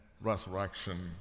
resurrection